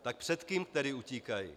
Tak před kým tedy utíkají?